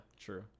true